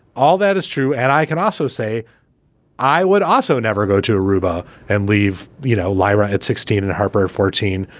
all that is true. and i can also say i would also never go to aruba and leave, you know, lyra at sixteen and harper, fourteen,